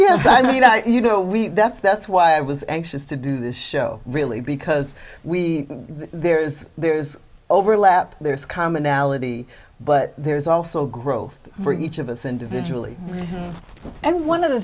yeah i mean you know we that's that's why i was anxious to do this show really because we there is there is overlap there's commonality but there's also growth for each of us individually and one of the